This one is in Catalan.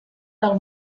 del